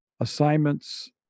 Assignments